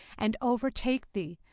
and overtake thee,